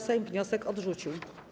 Sejm wniosek odrzucił.